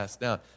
Now